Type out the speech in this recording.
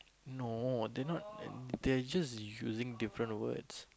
no they're not they are just using different words